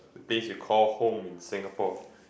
the place you call home in Singapore